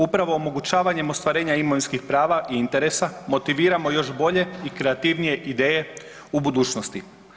Upravo omogućavanjem ostvarenja imovinskih prava i interesa motiviramo još bolje i kreativnije ideje u budućnosti.